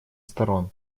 сторон